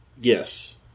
Yes